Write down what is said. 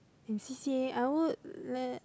and C_C_A I would let